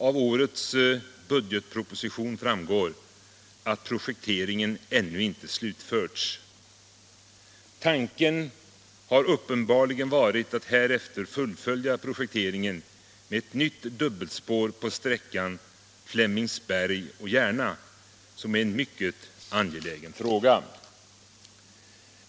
Av årets budgetproposition framgår att projektéringen ännu inte slutförts. Tanken har uppenbarligen varit att härefter fullfölja projekteringen med ett nytt dubbelspår på sträckan Flemingsberg-Järna, som är en mycket angelägen fråga.